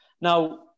Now